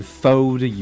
fold